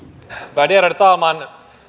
värderade talman